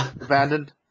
abandoned